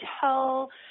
tell